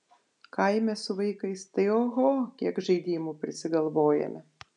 kaime su vaikais tai oho kiek žaidimų prisigalvojame